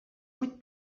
vuit